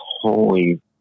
holy